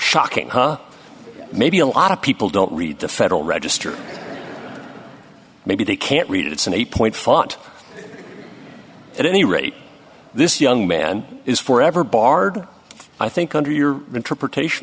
shocking huh maybe a lot of people don't read the federal register maybe they can't read it it's an eight point font at any rate this young man is for ever barred i think under your interpretation